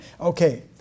Okay